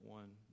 one